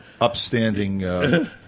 upstanding